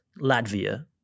Latvia